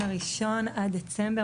עד דצמבר,